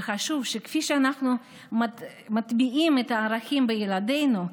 וחשוב שכפי שאנחנו מטמיעים את הערכים בילדינו,